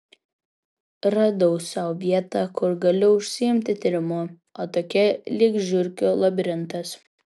radau sau vietą kur galiu užsiimti tyrimu atokią lyg žiurkių labirintas